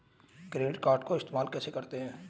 Credit card को इस्तेमाल कैसे करते हैं?